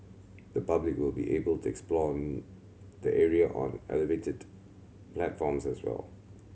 the public will be able to explore the area on elevated platforms as well